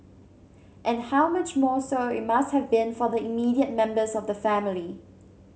and how much more so it must have been for the immediate members of the family